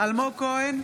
אלמוג כהן,